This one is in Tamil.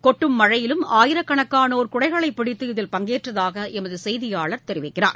கொட்டும் மழையிலும் ஆயிரக்கணக்களோர் குடைகளைபிடித்து இதில் பங்கேற்றதாகளமதுசெய்தியாளர் தெரிவிக்கிறார்